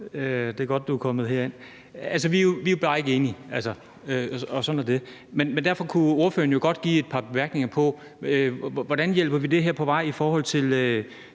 det er godt, at du er kommet herind. Altså, vi er jo bare ikke enige, og sådan er det. Men derfor kunne ordføreren jo godt give et par bemærkninger om, hvordan vi hjælper det her på vej i forhold til